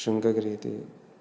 शृङ्गगिरी इति